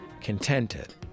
contented